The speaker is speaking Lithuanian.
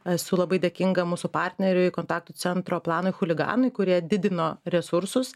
esu labai dėkinga mūsų partneriui kontaktų centro planui chuliganui kurie didino resursus